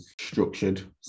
structured